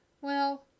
Well